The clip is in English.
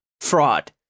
fraud